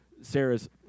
Sarah's